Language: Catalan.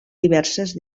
diverses